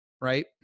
right